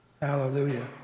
Hallelujah